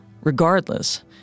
Regardless